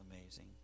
amazing